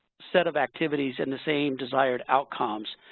set of activities and the same desired outcomes.